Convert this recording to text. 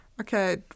Okay